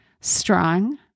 strong